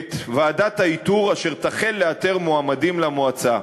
את ועדת האיתור כדי שתחל לאתר מועמדים למועצה,